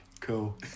cool